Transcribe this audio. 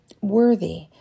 worthy